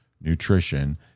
nutrition